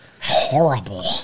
horrible